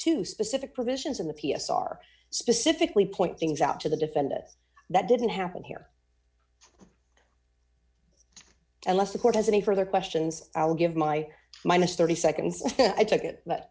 to specific provisions in the p s r specifically point things out to the defendant that didn't happen here unless the court has any further questions i'll give my minus thirty seconds i took it b